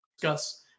discuss